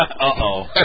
Uh-oh